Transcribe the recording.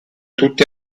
tutti